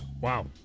Wow